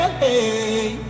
hey